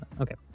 Okay